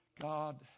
God